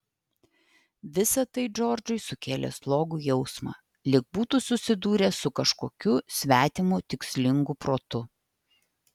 visa tai džordžui sukėlė slogų jausmą lyg būtų susidūręs su kažkokiu svetimu tikslingu protu